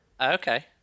okay